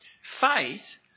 Faith